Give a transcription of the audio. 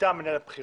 מטעם מנהל הבחירות